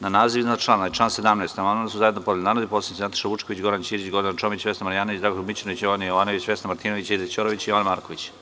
Na naziv iznad člana i član 17. amandman su zajedno podneli narodni poslanici Nataša Vučković, Goran Ćirić, Gordana Čomić, Vesna Marjanović, Dragoljub Mićunović, Jovana Jovanović, Vesna Martinović, Aida Ćorović i Jovan Marković.